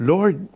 Lord